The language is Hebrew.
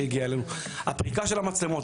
הפריקה של המצלמות,